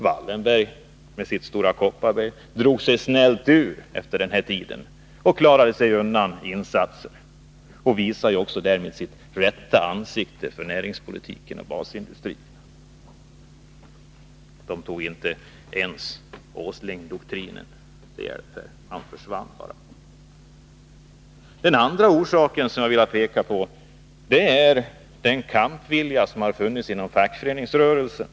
Wallenberg, med sitt Stora Kopparberg, drog sig snällt ur efter denna tid och klarade sig undan insatser. Han visade därmed sitt rätta ansikte när det gäller näringspolitiken och basindustrin. Wallenberg tog inte ens Åslingdoktrinen till hjälp — han försvann bara. Den andra orsaken som jag vill peka på är den kampvilja som har funnits inom fackföreningsrörelsen.